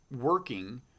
working